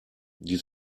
die